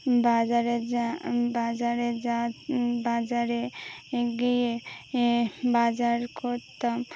বাজারে যা বাজারে যা বাজারে গিয়ে বাজার করতাম